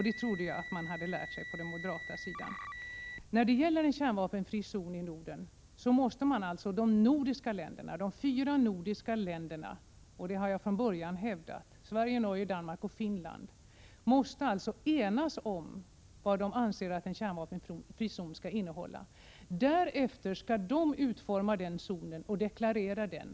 Det trodde jag att man på den moderata sidan hade lärt Jag har från början hävdat att de fyra nordiska länderna — Sverige, Norge, Danmark och Finland — måste enas om vad de anser att en kärnvapenfri zon skall innehålla. Därefter skall de utforma och deklarera omfattningen av zonen.